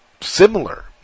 similar